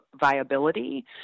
viability